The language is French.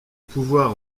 pouvoir